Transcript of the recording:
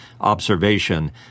observation